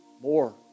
More